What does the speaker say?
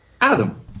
Adam